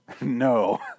No